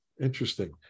interesting